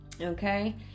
Okay